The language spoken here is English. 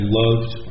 loved